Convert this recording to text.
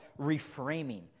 reframing